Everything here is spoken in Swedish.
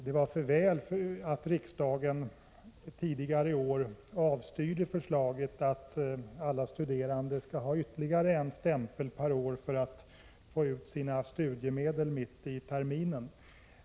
Det var för väl att riksdagen tidigare i år avstyrde förslaget att alla studerande skall ha ytterligare en stämpel per år för att få ut sina studiemedel i mitten på terminen.